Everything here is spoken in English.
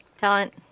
Talent